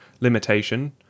limitation